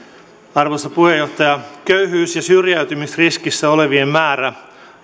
arvoisa puheenjohtaja köyhyys ja syrjäytymisriskissä olevien määrä